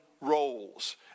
roles